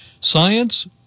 Science